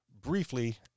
briefly